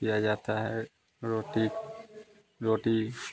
किया जाता है रोटी रोटी